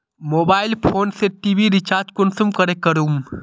Mobile phone से TV recharge कुंसम करे करूम?